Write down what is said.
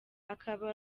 akaba